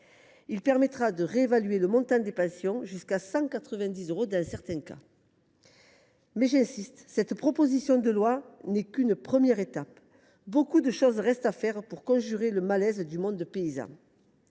Il permettra de réévaluer le montant des pensions, jusqu’à 190 euros dans certains cas. Mais j’y insiste, cette proposition de loi n’est qu’une première étape. Il reste, en effet, beaucoup à faire pour conjurer le malaise du monde paysan.